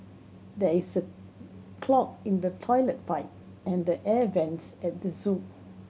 there is a clog in the toilet pipe and the air vents at the zoo